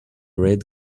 red